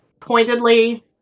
pointedly